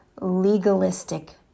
legalistic